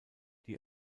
die